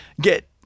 get